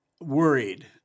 worried